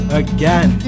again